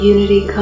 Unity